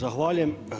Zahvaljujem.